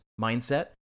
mindset